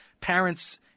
parents